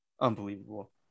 unbelievable